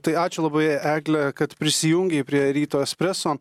tai ačiū labai egle kad prisijungei prie ryto espreso